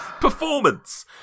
Performance